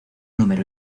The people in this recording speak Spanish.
número